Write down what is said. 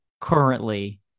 currently